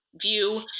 view